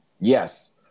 Yes